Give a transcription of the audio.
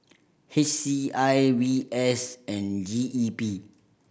H C I V S and G E P